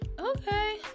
Okay